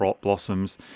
blossoms